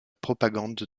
propagande